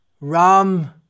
...Ram